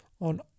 On